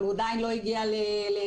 אבל הוא עדיין לא הגיע לענף,